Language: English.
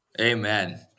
Amen